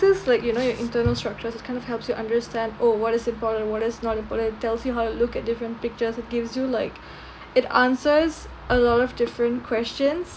feels like you know your internal structures which kind of helps you understand oh what is important what is not important it tells you how to look at different pictures it gives you like it answers a lot of different questions